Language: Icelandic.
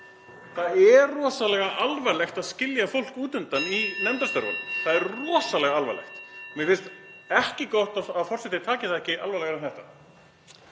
Það er rosalega alvarlegt að skilja fólk út undan í nefndarstörfum. Það er rosalega alvarlegt. (Forseti hringir.) Mér finnst ekki gott að forseti taki það ekki alvarlegar en þetta.